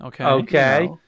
Okay